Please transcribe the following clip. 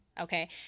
Okay